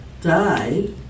died